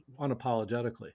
unapologetically